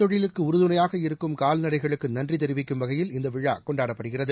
தொழிலுக்குஉறுதுணையாக இருக்கும் கால்நடைகளுக்குநன்றிதெரிவிக்கும் வகையில் உழவு இந்தவிழாகொண்டாடப்படுகிறது